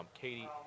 Katie